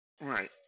Right